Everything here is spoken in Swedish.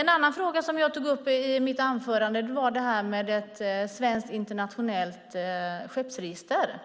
En annan fråga som jag tog upp i mitt anförande gällde ett svenskt internationellt skeppsregister.